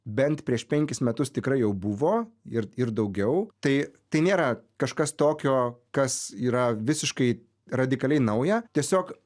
bent prieš penkis metus tikrai jau buvo ir ir daugiau tai tai nėra kažkas tokio kas yra visiškai radikaliai nauja tiesiog